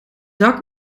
dak